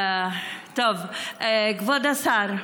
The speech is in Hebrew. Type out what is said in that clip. כבוד השר,